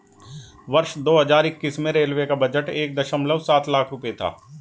वर्ष दो हज़ार इक्कीस में रेलवे का बजट एक दशमलव सात लाख रूपये था